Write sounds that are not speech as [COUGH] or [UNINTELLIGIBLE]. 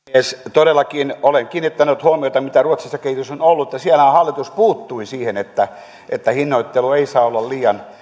todellakin olen kiinnittänyt huomiota mitä ruotsissa kehitys on ollut siellähän hallitus puuttui siihen että että hinnoittelu ei saa olla liian [UNINTELLIGIBLE]